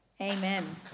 Amen